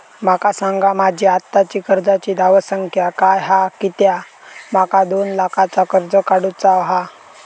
माका सांगा माझी आत्ताची कर्जाची धावसंख्या काय हा कित्या माका दोन लाखाचा कर्ज काढू चा हा?